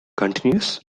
continuous